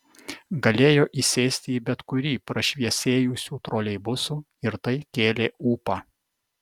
galėjo įsėsti į bet kurį prašviesėjusių troleibusų ir tai kėlė ūpą